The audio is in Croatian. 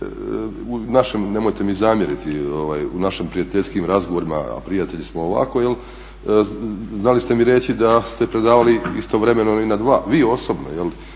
U našem, nemojte mi zamjeriti, u našim prijateljskim razgovorima, a prijatelji smo ovako znali ste mi reći da ste predavali istovremeno i na dva, vi osobno